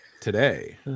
Today